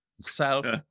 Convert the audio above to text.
self